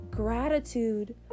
gratitude